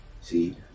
See